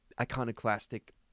iconoclastic